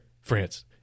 France